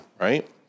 right